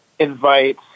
invite